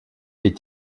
est